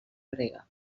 grega